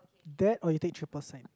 that when you take triple science